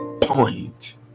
point